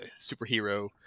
superhero